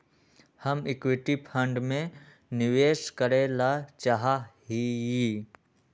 हम equity fund में निवेश करे ला चाहा हीयी